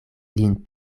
lin